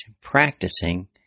practicing